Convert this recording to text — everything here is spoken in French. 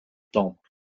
temple